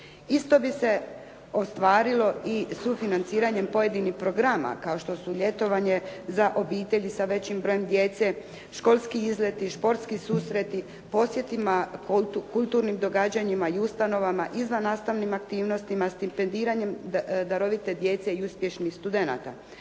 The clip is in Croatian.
Isto bi se ostvarilo i sufinanciranjem pojedinih programa kao što su ljetovanje za obitelji sa većim brojem djece, školski izleti, športski susreti, posjetima kulturnim događanjima i ustanovama, izvannastavnim aktivnostima, stipendiranjem darovite djece i uspješnih studenata.